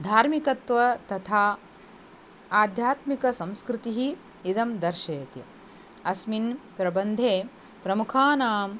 धार्मिकत्वं तथा आध्यात्मिक संस्कृतिः इदं दर्शयति अस्मिन् प्रबन्धे प्रमुखानाम्